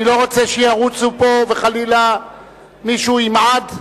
אני לא רוצה שירוצו פה וחלילה מישהו ימעד.